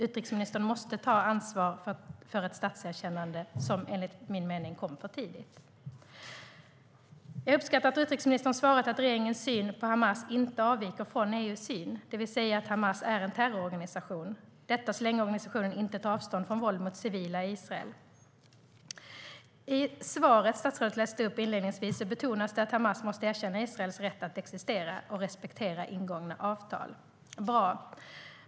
Utrikesministern måste ta ansvar för ett statserkännande som enligt min mening kom för tidigt.I utrikesministerns svar inledningsvis betonas det att Hamas måste erkänna Israels rätt att existera och respektera ingångna avtal. Det är bra.